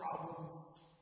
problems